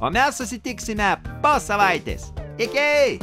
o mes susitiksime po savaitės iki